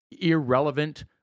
irrelevant